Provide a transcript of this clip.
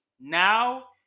now